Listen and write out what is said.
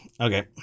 Okay